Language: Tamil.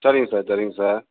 சரிங்க சார் சரிங்க சார்